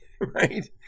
right